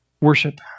worship